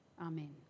Amen